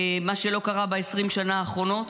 מה שלא קרה ב-20 השנים האחרונות,